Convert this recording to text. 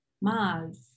Mars